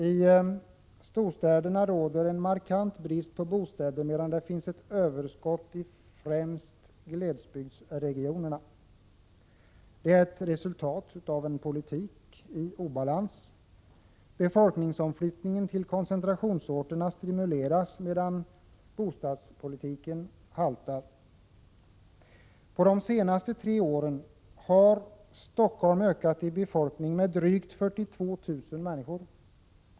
I storstäderna är det en markant brist på bostäder, medan det främst i glesbygdsregionerna finns ett överskott. Detta är ett resultat av en politik i obalans. Befolkningsomflyttningen till koncentrationsorterna stimuleras, medan bostadspolitiken haltar. På de senaste tre åren har Stockholms befolkning ökat med drygt 42 000 människor.